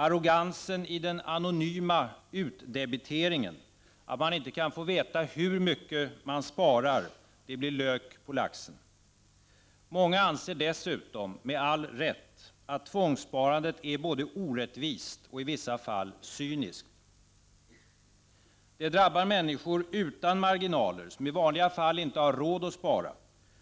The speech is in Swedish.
Arrogansen i den anonyma utdebiteringen — att man inte får veta hur mycket man sparar — blir lök på laxen. Många anser dessutom, med all rätt, att tvångssparandet är både orättvist och i vissa fall cyniskt. Det drabbar människor utan marginaler som i vanliga fall inte har råd att spara,